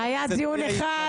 כולל פיקוח --- חרטא,